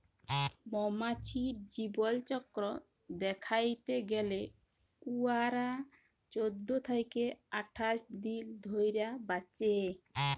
মমাছির জীবলচক্কর দ্যাইখতে গ্যালে উয়ারা চোদ্দ থ্যাইকে আঠাশ দিল ধইরে বাঁচে